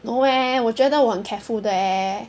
no eh 我觉得我很 careful 的 eh